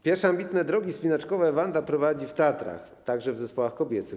Pierwsze ambitne drogi wspinaczkowe Wanda prowadzi w Tatrach, także w zespołach kobiecych.